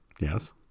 Yes